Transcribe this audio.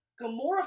Gamora